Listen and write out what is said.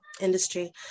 industry